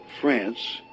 France